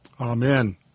Amen